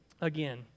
again